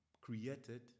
created